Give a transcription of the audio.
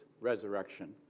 resurrection